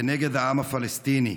כנגד העם הפלסטיני.